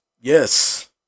Yes